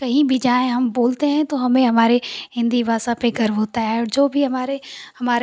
कहीं भी जाएँ हम बोलते हैं तो हमें हमारे हिन्दी भाषा पर गर्व होता है और जो भी हमारे हमारे